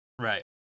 right